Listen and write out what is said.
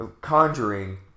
conjuring